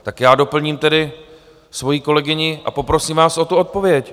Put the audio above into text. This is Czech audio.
Tak já doplním tedy svoji kolegyni a poprosím vás o tu odpověď.